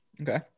Okay